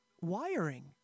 wiring